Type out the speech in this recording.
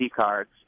cards